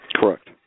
Correct